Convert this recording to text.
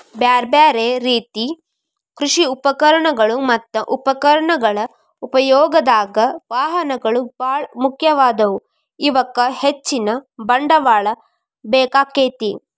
ಬ್ಯಾರ್ಬ್ಯಾರೇ ರೇತಿ ಕೃಷಿ ಉಪಕರಣಗಳು ಮತ್ತ ಅವುಗಳ ಉಪಯೋಗದಾಗ, ವಾಹನಗಳು ಬಾಳ ಮುಖ್ಯವಾದವು, ಇವಕ್ಕ ಹೆಚ್ಚಿನ ಬಂಡವಾಳ ಬೇಕಾಕ್ಕೆತಿ